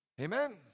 Amen